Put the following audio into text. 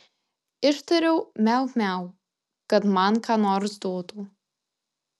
ištariau miau miau kad man ką nors duotų